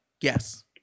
Yes